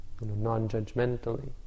non-judgmentally